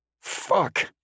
Fuck